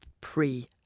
pre